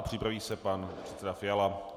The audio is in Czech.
Připraví se pan předseda Fiala.